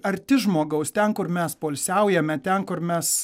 arti žmogaus ten kur mes poilsiaujame ten kur mes